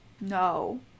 No